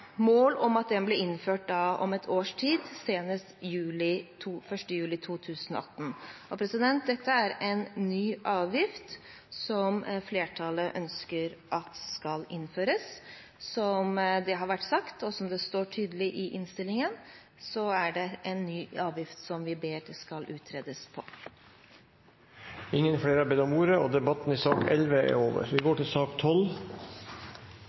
mål om at den blir innført om et års tid, senest 1. juli 2018. Dette er en ny avgift som flertallet ønsker skal innføres, som det har vært sagt. Og som det står tydelig i innstillingen, er det en ny avgift som vi ber om skal utredes. Flere har ikke bedt om ordet til sak nr. 11. Etter ønske fra næringskomiteen vil presidenten foreslå at taletiden blir begrenset til 5 minutter til hver partigruppe og